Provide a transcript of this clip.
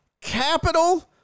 capital